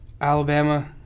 Alabama